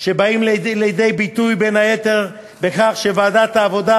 שבאים לידי ביטוי בין היתר בכך שוועדת העבודה,